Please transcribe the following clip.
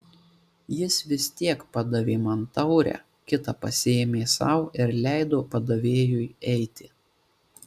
jis vis tiek padavė man taurę kitą pasiėmė sau ir leido padavėjui eiti